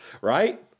Right